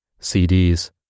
CDs